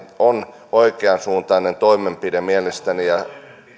on oikeansuuntainen toimenpide mielestäni ja